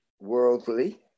worldly